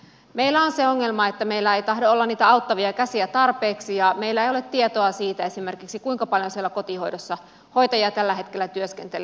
meillä on se ongelma että meillä ei tahdo olla niitä auttavia käsiä tarpeeksi ja meillä ei ole tietoa esimerkiksi siitä kuinka paljon siellä kotihoidossa hoitajia tällä hetkellä työskentelee